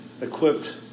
equipped